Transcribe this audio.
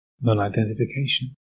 non-identification